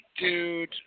dude